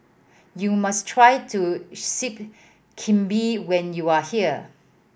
you must try to Sup Kambing when you are here